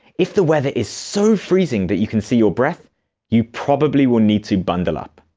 if the weather is so freezing that you can see your breath you probably will need to bundle up.